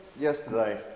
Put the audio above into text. Yesterday